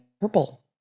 purple